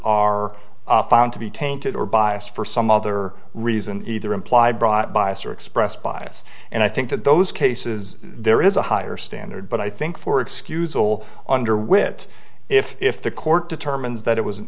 are found to be tainted or biased for some other reason either imply brought bias or expressed bias and i think that those cases there is a higher standard but i think for excusal under wit if if the court determines that it was an